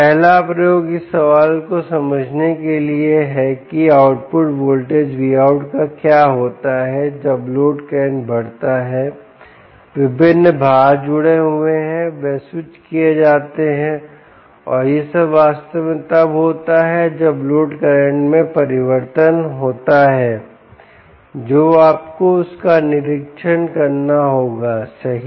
पहला प्रयोग इस सवाल को समझने के लिए है कि आउटपुट वोल्टेज Vout का क्या होता है जब लोड करंट बढ़ता है विभिन्न भार जुड़े हुए हैं वे स्विच किए जाते हैं और यह सब वास्तव में तब होता है जब लोड करंट में परिवर्तन होता है जो आपको उसका निरीक्षण करना होगा सही